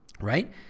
right